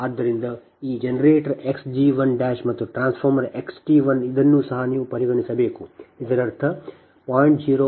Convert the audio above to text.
ಆದ್ದರಿಂದ ಈ generator x g1ಮತ್ತು ಟ್ರಾನ್ಸ್ಫಾರ್ಮರ್ x T1 ಇದನ್ನೂ ಸಹ ನೀವು ಪರಿಗಣಿಸಬೇಕು ಇದರರ್ಥ 0